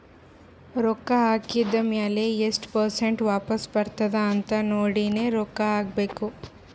ರೊಕ್ಕಾ ಹಾಕಿದ್ ಮ್ಯಾಲ ಎಸ್ಟ್ ಪರ್ಸೆಂಟ್ ವಾಪಸ್ ಬರ್ತುದ್ ಅಂತ್ ನೋಡಿನೇ ರೊಕ್ಕಾ ಹಾಕಬೇಕ